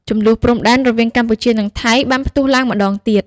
ជម្លោះព្រំដែនរវាងកម្ពុជានិងថៃបានផ្ទុះឡើងម្ដងទៀត។